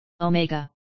Omega